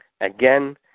Again